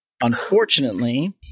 Unfortunately